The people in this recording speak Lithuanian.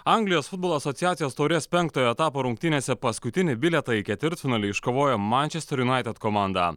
anglijos futbolo asociacijos taurės penktojo etapo rungtynėse paskutinį bilietą į ketvirtfinalį iškovojo mančester junaited komanda